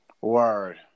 Word